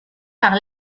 par